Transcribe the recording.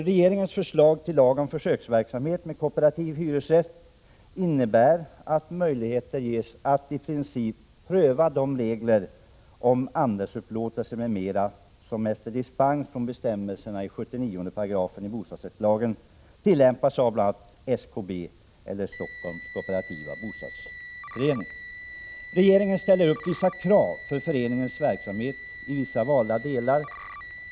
Regeringens förslag till lag om försöksverksamhet med kooperativ hyresrätt innebär att möjligheter ges att i princip pröva de regler om andelsupplåtelse m.m. som efter dispens från bestämmelsen i 79 § i bostadsrättslagen tillämpas av bl.a. SKB, Stockholms kooperativa bostadsförening. Regeringen ställer upp vissa krav för föreningens verksamhet i vissa valda delar.